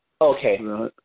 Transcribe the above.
Okay